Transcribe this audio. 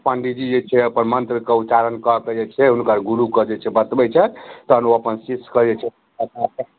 पण्डिजी जे छै अपन मन्त्र के उच्चारण कऽ कऽ जे छै हुनकर गुरू के जे छै बतबै छै तहन ओ अपन शिश के जे छै